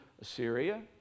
Assyria